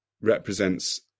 represents